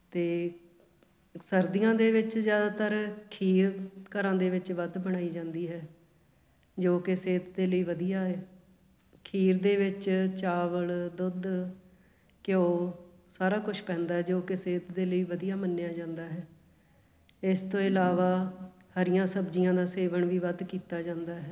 ਅਤੇ ਸਰਦੀਆਂ ਦੇ ਵਿੱਚ ਜ਼ਿਆਦਾਤਰ ਖੀਰ ਘਰਾਂ ਦੇ ਵਿੱਚ ਵੱਧ ਬਣਾਈ ਜਾਂਦੀ ਹੈ ਜੋ ਕਿ ਸਿਹਤ ਦੇ ਲਈ ਵਧੀਆ ਹੈ ਖੀਰ ਦੇ ਵਿੱਚ ਚਾਵਲ ਦੁੱਧ ਘਿਉ ਸਾਰਾ ਕੁਛ ਪੈਂਦਾ ਜੋ ਕਿ ਸਿਹਤ ਦੇ ਲਈ ਵਧੀਆ ਮੰਨਿਆ ਜਾਂਦਾ ਹੈ ਇਸ ਤੋਂ ਇਲਾਵਾ ਹਰੀਆਂ ਸਬਜ਼ੀਆਂ ਦਾ ਸੇਵਨ ਵੀ ਵੱਧ ਕੀਤਾ ਜਾਂਦਾ ਹੈ